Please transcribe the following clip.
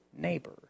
neighbor